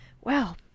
Well